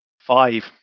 Five